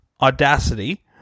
Audacity